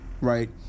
right